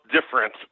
different